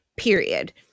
Period